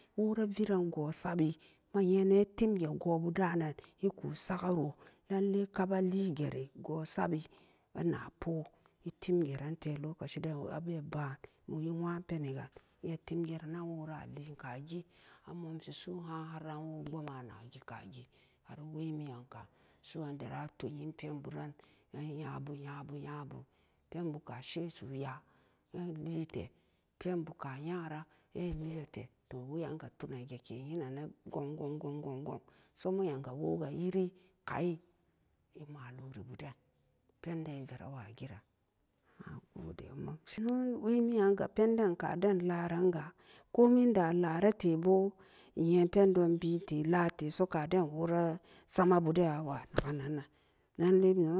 Wora viran goo sabbi ma-nyenam itimge goo-bu da'an-nan eku sagaro nanlai ka'aligeri goo-sabbi anapo etim gerante lokaciden abe-ba'an bon nwa peniga iya timgeran-nan wora alien kagi amomsi su'u ha'an har anwo pboma nagi kagi har wemiyan ka'an su'an deran atu'en penburan an nyabu, nyabu, nyabu penbuka shesuya an-enliete penbuka nya en-eliete to weyanga tunangeke nyina-na gong-gong-gong-gong-gong so mo'un nyam ga yiri, kai emaloribu den penden everawo giran nagode emomsiri inno wemiyanga penden kaden laranga komin daa loratebo nye pendon biinte lateso kaden wora samabuden awa naga'man-nan lallai nedon-nate.